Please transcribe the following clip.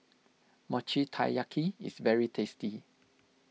Mochi Taiyaki is very tasty